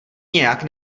nějak